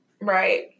Right